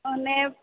ओने